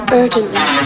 urgently